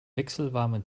wechselwarme